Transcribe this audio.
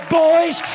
boys